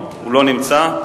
הוא לא נמצא.